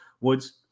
Woods